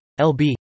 lb